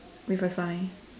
with a sign